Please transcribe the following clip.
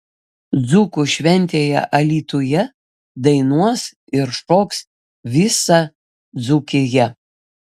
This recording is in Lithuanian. dzūkų šventėje alytuje dainuos ir šoks visa dzūkija